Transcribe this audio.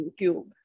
YouTube